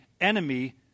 enemy